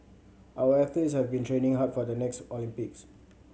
our athletes have been training hard for the next Olympics